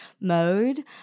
mode